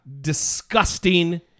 disgusting